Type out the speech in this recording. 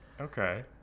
okay